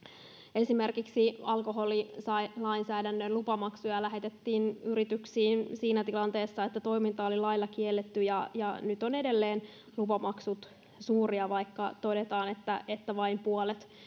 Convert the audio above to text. esimerkiksi alkoholilainsäädännön lupamaksuja lähetettiin yrityksiin siinä tilanteessa että toiminta oli lailla kielletty ja ja nyt edelleen lupamaksut ovat suuria vaikka todetaan että että vain puolet